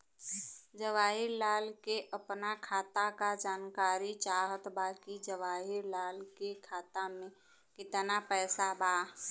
जवाहिर लाल के अपना खाता का जानकारी चाहत बा की जवाहिर लाल के खाता में कितना पैसा बा?